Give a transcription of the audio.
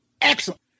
excellent